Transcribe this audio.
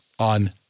on